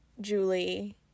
Julie